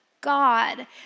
God